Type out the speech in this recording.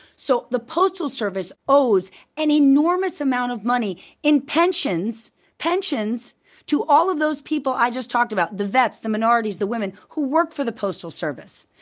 so the postal service owes an enormous amount of money in pensions to to all of those people i just talked about the vets, the minorities, the women who work for the postal service.